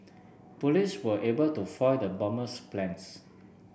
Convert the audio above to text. police were able to foil the bomber's plans